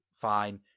fine